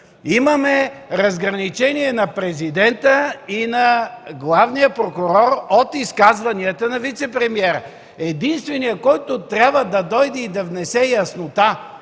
Имаме разграничение на президента и на главния прокурор от изказванията на вицепремиера. Единственият, който трябва да дойде и да внесе яснота